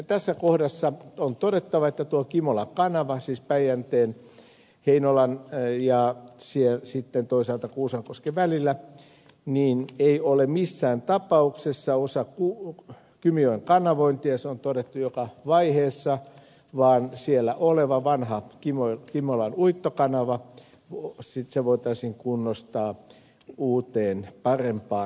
tässä kohdassa on todettava että tuo kimolan kanava siis päijänteen heinolan ja toisaalta kuusankosken välillä ei ole missään tapauksessa osa kymijoen kanavointia se on todettu joka vaiheessa vaan siellä oleva vanha kimolan uittokanava voitaisiin kunnostaa uuteen parempaan käyttöön